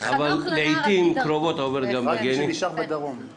אבל לעתים קרובות עובר גם בגנים...